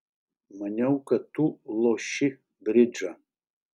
maniau kad tu loši bridžą